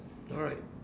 alright